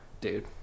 Dude